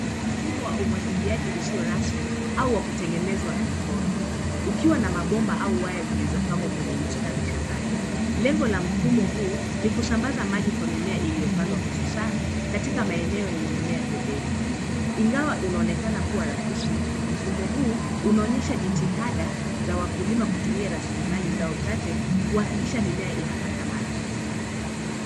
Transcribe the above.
Mfumo wa umwagiliaji usio rasmi au wa kutengeneza na mikono. Ukiwa na mabomba au waya zilizopangwa kwenye mistari shambani. Lengo la mfumo huu ni kusambaza maji kwa mimea iliyopandwa, hususan katika maeneo yenye mimea pembeni. Ingawa unaonekana kuwa rahisi, mfumo huu unaonyesha jitihada za wakulima kutumia rasilimali zao chache kuhakikisha mimea inapata maji.